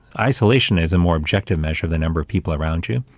isolation is a more objective measure of the number of people around you.